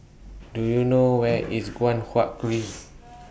Do YOU know Where IS Guan Huat Kiln